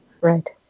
Right